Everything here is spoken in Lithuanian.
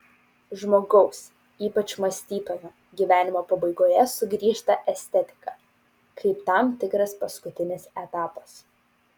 žmogaus ypač mąstytojo gyvenimo pabaigoje sugrįžta estetika kaip tam tikras paskutinis etapas